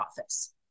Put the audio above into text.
office